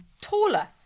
taller